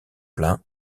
plein